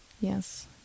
Yes